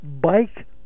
bike